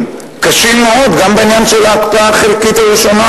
קשים מאוד גם בעניין של ההקפאה החלקית הראשונה,